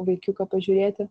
vaikiuką pažiūrėti